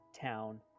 town